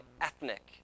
ethnic